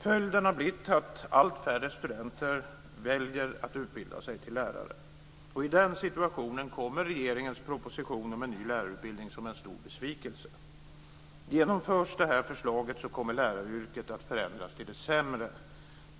Följden har blivit att allt färre studenter väljer att utbilda sig till lärare. I den situationen kommer regeringens proposition om en ny lärarutbildning som en stor besvikelse. Genomförs det här förslaget kommer läraryrket att förändras till det sämre.